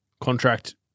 contract